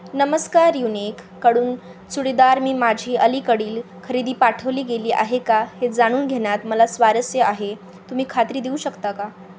नमस्कार युनिककडून चुडीदार मी माझी अलीकडील खरेदी पाठवली गेली आहे का हे जाणून घेण्यात मला स्वारस्य आहे तुम्ही खात्री देऊ शकता का